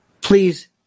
Please